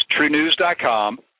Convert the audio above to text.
truenews.com